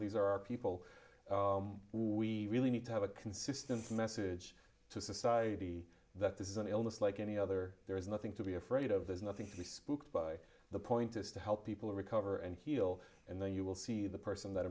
these are our people we really need to have a consistent message to society that this is an illness like any other there is nothing to be afraid of there's nothing to be spooked by the point is to help people recover and heal and then you will see the person that